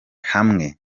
hamwe